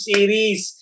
Series